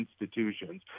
institutions